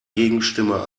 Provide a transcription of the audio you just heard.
gegenstimme